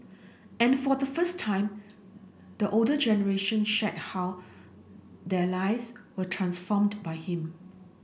and for the first time the older generation shared how their lives were transformed by him